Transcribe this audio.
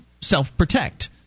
self-protect